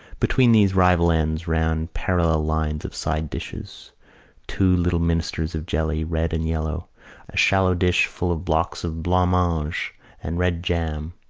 between these rival ends ran parallel lines of side-dishes two little minsters of jelly, red and yellow a shallow dish full of blocks of blancmange and red jam,